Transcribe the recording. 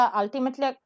ultimately